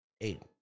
Eight